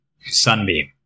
Sunbeam